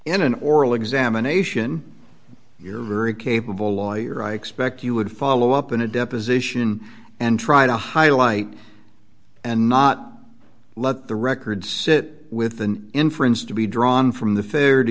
in an oral examination you're a very capable lawyer i expect you would follow up in a deposition and try to highlight and not let the record sit with an inference to be drawn from the fair to